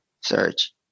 search